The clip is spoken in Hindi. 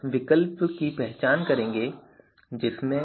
हालाँकि दो शर्तों को पूरा करना होगा C1 और C2